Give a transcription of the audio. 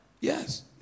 Yes